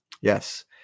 Yes